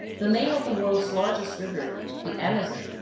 the name of the world's largest river the amazon,